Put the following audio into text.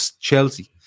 Chelsea